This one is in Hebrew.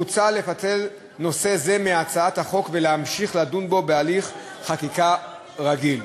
מוצע לפצל נושא זה מהצעת החוק ולהמשיך לדון בו בהליך חקיקה רגיל.